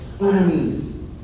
enemies